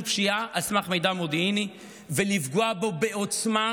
פשיעה על סמך מידע מודיעיני ולפגוע בו בעוצמה